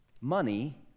money